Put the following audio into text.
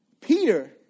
Peter